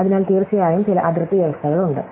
അതിനാൽ തീർച്ചയായും ചില അതിർത്തി വ്യവസ്ഥകളുണ്ട്